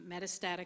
metastatic